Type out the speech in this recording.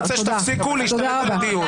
לא, אני רוצה שתפסיקו להשתלט על הדיון.